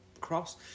cross